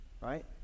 right